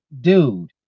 dude